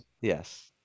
Yes